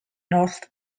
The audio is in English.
north